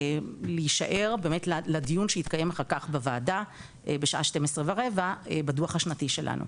להשאר לדיון שיתקיים אחר כך בוועדה בשעה 12:15 בדו"ח השנתי שלו.